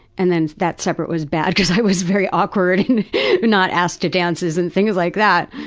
and then that separate was bad because i was very awkward and not asked to dances and things like that.